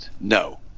no